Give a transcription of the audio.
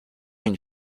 une